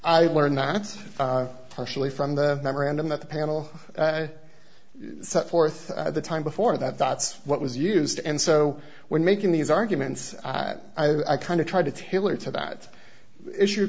i learned that it's partially from the memorandum that the panel set forth at the time before that that's what was used and so when making these arguments that i kind of tried to tailor to that issue